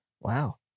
Wow